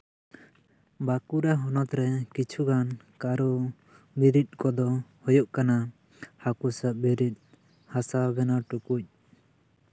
ᱵᱟᱸᱠᱩᱲᱟ ᱦᱚᱱᱚᱛᱨᱮ ᱠᱤᱪᱷᱩ ᱜᱟᱱ ᱠᱟᱨᱩ ᱵᱤᱨᱤᱫ ᱠᱚᱫᱚ ᱦᱩᱭᱩᱜ ᱠᱟᱱᱟ ᱦᱟ ᱠᱩ ᱥᱟᱵ ᱵᱤᱨᱤᱫ ᱦᱟᱥᱟ ᱵᱮᱱᱟᱣ ᱴᱩᱠᱩᱡ